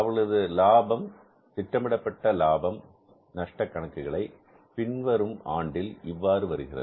அவர்களது லாபம் திட்டமிடப்பட்ட லாப நஷ்டக் கணக்குகளை பின்வரும் ஆண்டில் இவ்வாறு வருகிறது